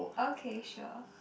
okay sure